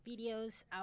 videos